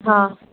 ہاں